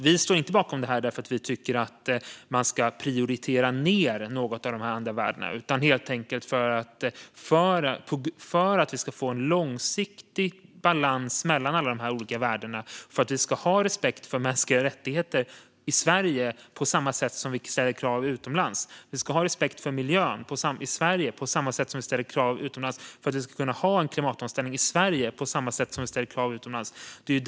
Vi står inte bakom detta eftersom vi vill ha en långsiktig balans mellan dessa olika värden. Det ska vara samma respekt för mänskliga rättigheter i Sverige som vi kräver utomlands. Vi ska samma respekt för miljön i Sverige som vi kräver utomlands för att vi ska kunna ha en klimatomställning i Sverige på samma sätt som vi kräver utomlands.